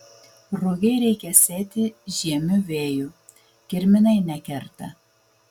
rugiai reikia sėti žiemiu vėju kirminai nekerta